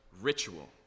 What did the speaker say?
ritual